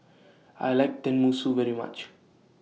I like Tenmusu very much